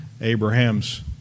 Abraham's